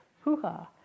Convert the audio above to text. hoo-ha